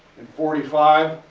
in forty five,